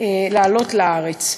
לעלות לארץ.